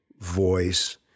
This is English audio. voice